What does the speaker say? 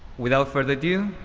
without further ado,